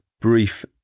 brief